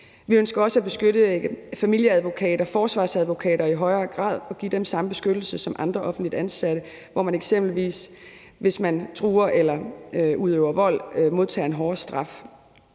i højere grad at støtte familieadvokater og forsvarsadvokater og give dem samme beskyttelse som andre offentligt ansatte, hvor man eksempelvis, hvis man truer eller udøver vold, modtager en hårdere straf.